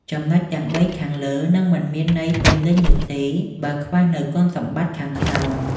ចំណុចទាំងបីខាងលើ នឹងមិនមានន័យពេញលេញនោះទេ បើខ្វះនូវគុណសម្បត្តិខាងក្នុង។